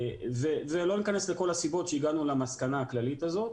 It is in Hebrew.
לא ניכנס לכל הסיבות שהגענו למסקנה הכללית הזאת.